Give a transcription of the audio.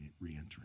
re-entering